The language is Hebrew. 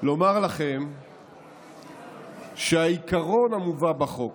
לומר לכם שהעיקרון המובא בחוק